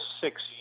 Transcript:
six